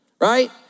right